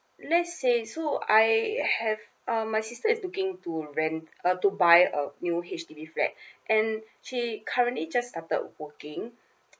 let's say so I have uh my sister is looking to rent uh to buy a new H_D_B flat and she currently just started working